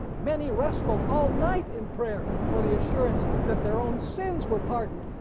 many wrestled all night in prayer for the assurance that their own sins were pardoned,